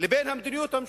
למדיניות הממשלתית.